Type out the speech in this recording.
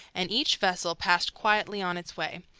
and each vessel passed quietly on its way.